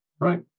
Right